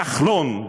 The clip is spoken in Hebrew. כחלון,